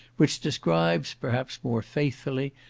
which describes perhaps more faithfully,